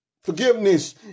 Forgiveness